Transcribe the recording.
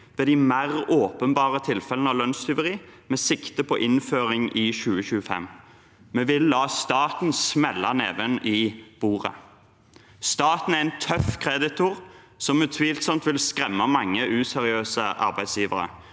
ved de mer åpenbare tilfellene av lønnstyveri, med sikte på innføring i 2025. Vi vil la staten smelle neven i bordet. Staten er en tøff kreditor som utvilsomt vil skremme mange useriøse arbeidsgivere.